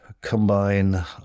combine